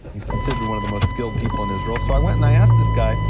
he's considered one of the most skilled people in israel, so i went and i asked this guy,